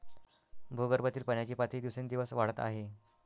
भूगर्भातील पाण्याची पातळी दिवसेंदिवस वाढत आहे